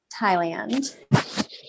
Thailand